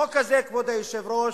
החוק הזה, כבוד היושב-ראש,